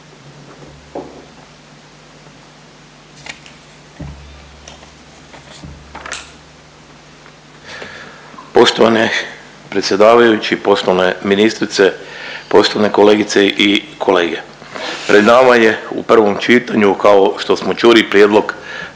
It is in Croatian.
Poštovani predsjedavajući, poštovani ministrice, poštovane kolegice i kolege. Pred nama je u prvom čitanju, kao što smo čuli, Prijedlog